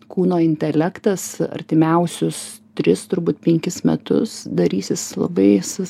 kūno intelektas artimiausius tris turbūt penkis metus darysis labai